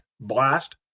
blast